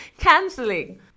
canceling